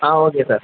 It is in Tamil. ah okay sir